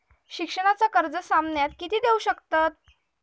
शिक्षणाचा कर्ज सामन्यता किती देऊ शकतत?